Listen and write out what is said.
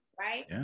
right